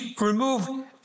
remove